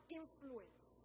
influence